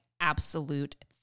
absolute